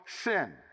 sin